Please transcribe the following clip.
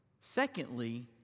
Secondly